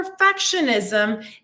perfectionism